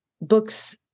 Books